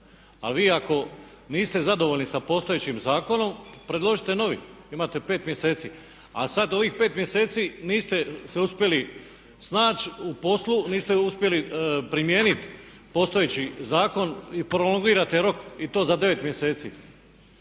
A vi ako niste zadovoljni sa postojećim zakonom predložite novi, imate pet mjeseci. A sad ovih 5 mjeseci niste se uspjeli snaći u poslu, niste uspjeli primijeniti postojeći zakon, prolongirate rok i to za 9 mjeseci